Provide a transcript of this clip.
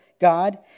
God